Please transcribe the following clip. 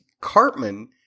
Cartman